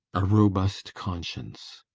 a robust conscience.